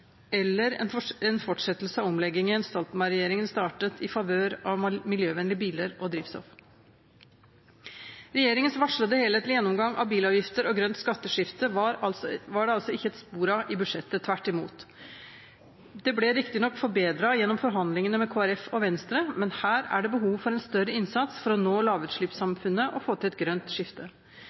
eller en fortsettelse av omleggingen Stoltenberg-regjeringen startet i favør av miljøvennlige biler og drivstoff. Regjeringens varslede helhetlige gjennomgang av bilavgifter og grønt skatteskifte var det altså ikke et spor av i budsjettet – tvert imot. Det ble riktignok forbedret gjennom forhandlingene med Kristelig Folkeparti og Venstre, men her er det behov for en større innsats for å nå lavutslippssamfunnet og få til et grønt skifte.